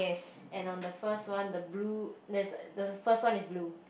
and on the first one the blue there's the first one is blue